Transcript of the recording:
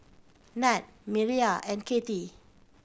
Nat Mireya and Kathey